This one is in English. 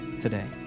today